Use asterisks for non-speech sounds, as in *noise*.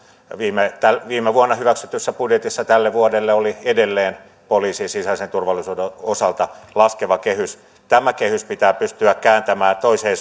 viime vuonna hyväksytyssä budjetissa tälle vuodelle oli edelleen poliisin sisäisen turvallisuuden osalta laskeva kehys tämä kehys pitää pystyä kääntämään toiseen *unintelligible*